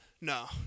No